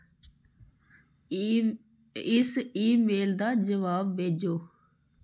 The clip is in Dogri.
ई इस ईमेल दा जवाब भेजो